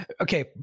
okay